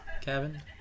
cabin